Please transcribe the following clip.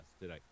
today